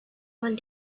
one